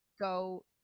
go